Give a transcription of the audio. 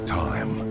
time